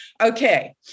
okay